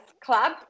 club